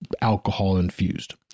alcohol-infused